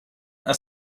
are